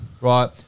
Right